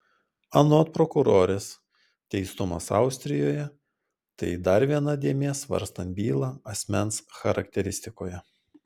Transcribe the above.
anot prokurorės teistumas austrijoje tai dar viena dėmė svarstant bylą asmens charakteristikoje